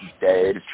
dead